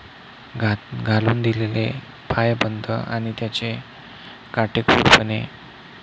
घात घालून दिलेले पायबंद आणि त्याचे काटेकूडपणे